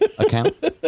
account